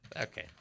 Okay